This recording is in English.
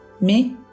mais